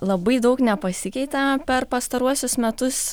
labai daug nepasikeitė per pastaruosius metus